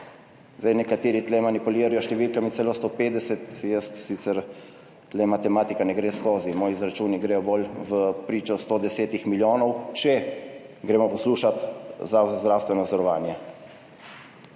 Zdaj nekateri tu manipulirajo s številkami celo 150, jaz sicer tu matematika ne gre skozi, moji izračuni gredo bolj v pričo, 110 milijonov, če gremo poslušat Zavod za zdravstveno zavarovanje.